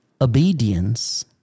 obedience